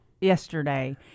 yesterday